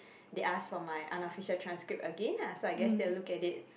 they asked for my unofficial transcript again lah so I guess they will look at it